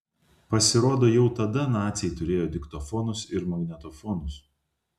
pasirodo jau tada naciai turėjo diktofonus ir magnetofonus